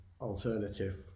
alternative